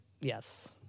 yes